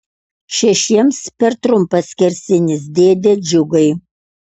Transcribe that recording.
šešiems per trumpas skersinis dėde džiugai